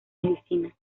medicina